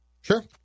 Sure